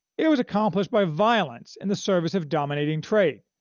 it was accomplished by violence in the service of dominating trade,